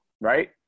Right